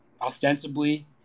ostensibly –